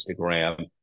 Instagram